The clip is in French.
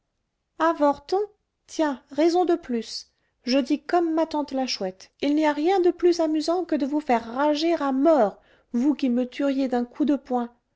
méchant avorton avorton tiens raison de plus je dis comme ma tante la chouette il n'y a rien de plus amusant que de vous faire rager à mort vous qui me tueriez d'un coup de poing